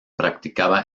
practicaba